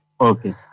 Okay